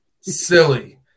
Silly